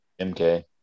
MK